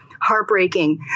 heartbreaking